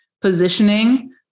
positioning